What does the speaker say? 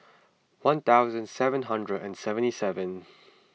one thousand seven hundred and seventy seven